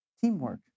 Teamwork